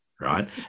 right